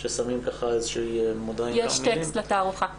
ששמות --- יש טקסט לתערוכה.